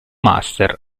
master